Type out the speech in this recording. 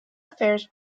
affairs